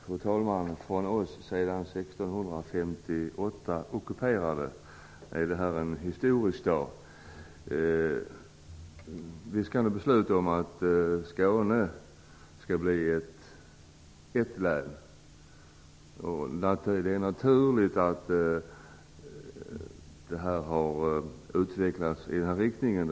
Fru talman! För oss som sedan 1658 är ockuperade är detta en historisk dag. Vi skall nu besluta om att Skåne skall bli ett län. Jag tycker att det är naturligt att utvecklingen har gått i den riktningen.